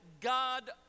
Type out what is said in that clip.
God